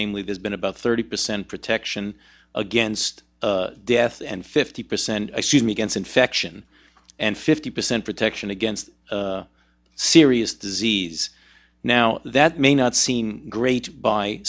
namely there's been about thirty percent protection against death and fifty percent excuse me against infection and fifty percent protection against serious disease now that may not seem great by